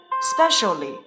specially